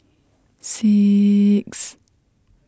six